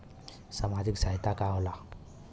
सामाजिक सहायता का होला?